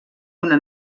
una